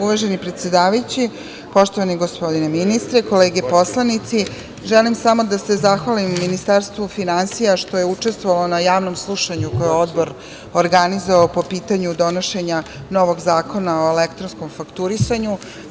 Uvaženi predsedavajući, poštovani gospodine ministre, kolege poslanici, želim samo da se zahvalim Ministarstvu finansija što je učestvovalo na javnom slušanju koje je odbor organizovao po pitanju donošenja novog Zakona o elektronskom fakturisanju.